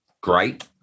great